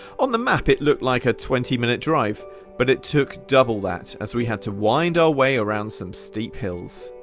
on the map it looked like a twenty minute drive but it took double that, as we had to wind our way around some steep hills.